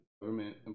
government